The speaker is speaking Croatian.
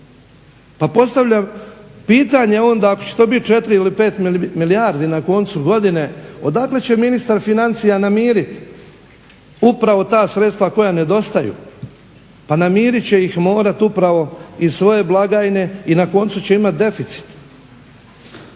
Pa postavljam pitanje onda ako će to biti 4 ili 5 milijardi na koncu godine odakle će ministar financija namiriti upravo ta sredstva koja nedostaju? Pa namirit će ih morati upravo iz svoje blagajne i na koncu će imati deficit.